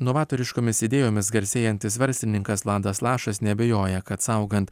novatoriškomis idėjomis garsėjantis verslininkas vladas lašas neabejoja kad saugant